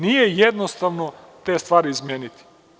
Nije jednostavno te stvari izmeniti.